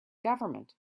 government